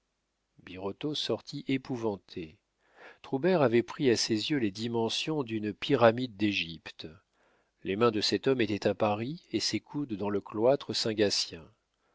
birotteau sortit épouvanté troubert avait pris à ses yeux les dimensions d'une pyramide d'égypte les mains de cet homme étaient à paris et ses coudes dans le cloître saint gatien